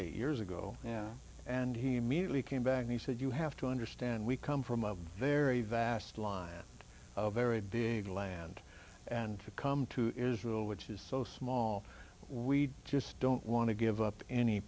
eight years ago yeah and he immediately came back he said you have to understand we come from a very vast line of very big land and to come to israel which is so small we just don't want to give up any